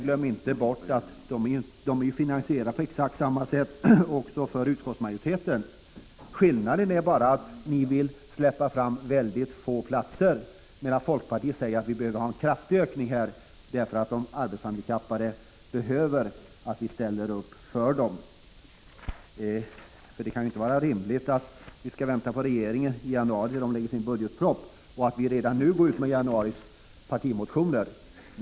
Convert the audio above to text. Glöm inte bort att detta finansieras på exakt samma sätt av utskottsmajoriteten! Skillnaden är bara att ni vill släppa fram väldigt få platser, medan folkpartiet säger att vi vill ha en kraftig ökning, därför att de arbetshandikappade behöver att vi ställer upp för dem. Det kan ju inte vara rimligt att vi skall vänta på att regeringen lägger fram sin budgetproposition i januari eller att vi redan nu går ut med januaris partimotioner.